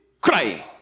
crying